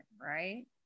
right